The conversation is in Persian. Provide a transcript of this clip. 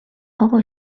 آقا